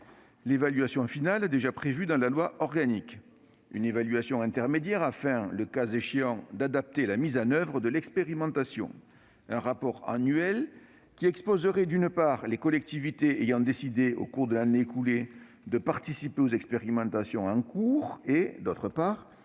l'évaluation finale, déjà prévue dans le projet de loi organique ; une évaluation intermédiaire afin, le cas échéant, d'adapter la mise en oeuvre de l'expérimentation ; et un rapport annuel, qui listerait, d'une part, les collectivités ayant décidé au cours de l'année écoulée de participer aux expérimentations en cours, et, d'autre part,